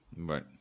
Right